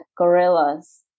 gorillas